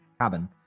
cabin